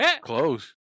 close